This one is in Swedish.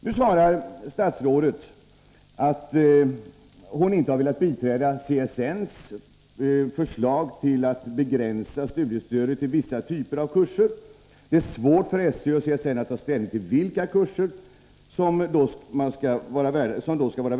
Statsrådet svarar att hon inte har velat biträda CSN:s förslag om att begränsa rätten till studiestöd till vissa typer av kurser, eftersom det då skulle bli svårt för SÖ och CSN att ta ställning till vilka kurser som skulle vara värda att stödja.